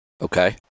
Okay